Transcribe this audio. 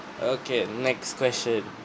okay next question